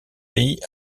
pays